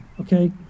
okay